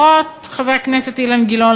חבר הכנסת אילן גילאון,